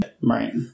Right